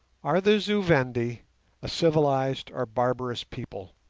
are the zu-vendi a civilized or barbarous people?